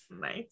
nice